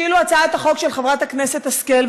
שאילו הצעת החוק של חברת הכנסת השכל,